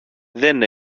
δεν